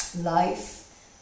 Life